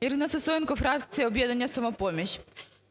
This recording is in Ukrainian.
Ірина Сисоєнко, фракція "Об'єднання "Самопоміч".